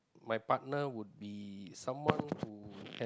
my partner would be someone who has